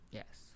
yes